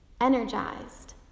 energized